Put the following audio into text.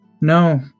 no